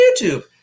YouTube